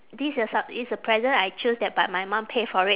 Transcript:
this is a s~ it's a present I choose that but my mom pay for it